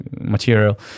material